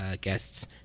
guests